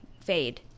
fade